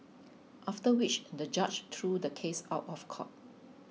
after which the judge threw the case out of court